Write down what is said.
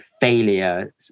failure